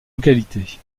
localités